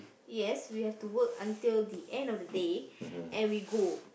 yes we have to work until the end of the day and we go